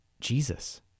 Jesus